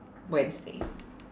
wednesday